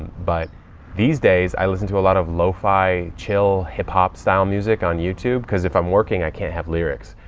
but these days i listen to a lot of low-fi chill, hip hop style music on youtube. cause if i'm working, i can't have lyrics.